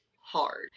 hard